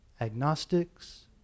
agnostics